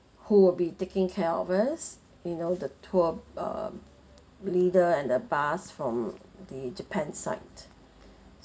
who will be taking care of us you know the tour um leader and the bus from the japan site